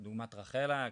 כמו רחלה,